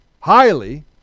highly